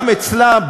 גם אצלה,